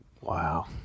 Wow